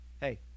hey